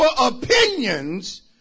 opinions